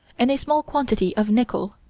and a small quantity of nickel.